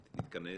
התכנס?